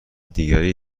دیگری